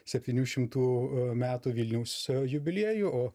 septynių šimtų metų vilniaus jubiliejų o